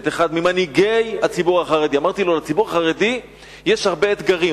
את אחד ממנהיגי הציבור החרדי ואמרתי לו: לציבור החרדי יש הרבה אתגרים.